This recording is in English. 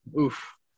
oof